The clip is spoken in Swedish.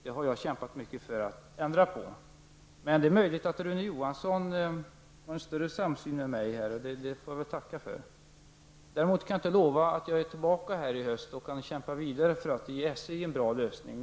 Jag har kämpat mycket för att ändra på detta, men det är möjligt att Rune Johansson har mera av samsyn än vad jag har här, och det är i så fall tacknämligt. Jag kan däremot inte lova att jag kommer tillbaka i höst och då kan kämpa vidare för att ge SJ en bra lösning.